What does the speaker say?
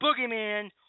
Boogeyman